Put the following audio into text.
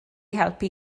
helpu